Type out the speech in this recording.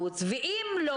מה הבעיה לתת 100%?